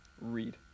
read